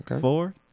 four